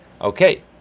Okay